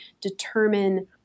determine